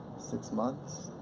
six months?